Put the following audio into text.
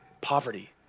Poverty